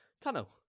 tunnel